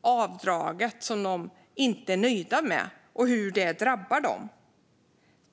avdraget, som de inte är nöjda med, och hur detta drabbar dem.